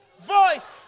voice